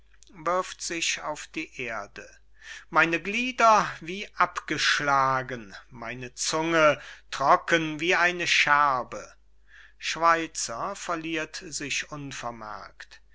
meine glieder wie abgeschlagen meine zunge trocken wie eine scherbe schweizer verliert